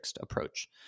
approach